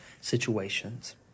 situations